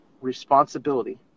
responsibility